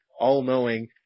all-knowing